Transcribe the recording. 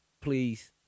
please